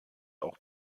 auch